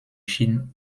chine